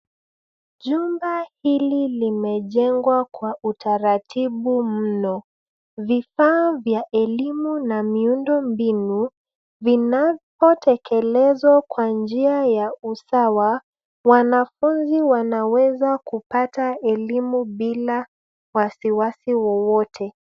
Jumba hili limejengwa kwa utaratibu mno. Vifaa vya elimu na miundo mbinu vinapotekelezwa kwa njia ya usawa, wanafunzi wanaweza kupata elimu bila wasiwasi wowote.